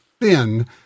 thin